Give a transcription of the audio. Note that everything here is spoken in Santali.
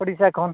ᱳᱰᱤᱥᱟ ᱠᱷᱚᱱ